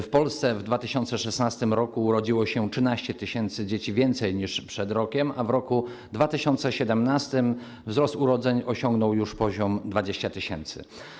W Polsce w 2016 r. urodziło się 13 tys. dzieci więcej niż przed rokiem, a w roku 2017 wzrost urodzeń osiągnął poziom 20 tys.